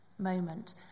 Moment